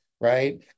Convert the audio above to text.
right